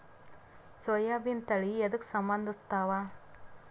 ಸೋಯಾಬಿನ ತಳಿ ಎದಕ ಸಂಭಂದಸತ್ತಾವ?